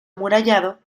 amurallado